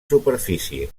superfície